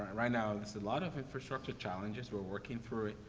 right now, there's a lot of infrastructure challenges, we're working through it,